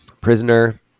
prisoner